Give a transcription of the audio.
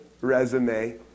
resume